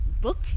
book